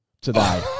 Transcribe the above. today